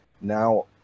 now